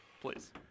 Please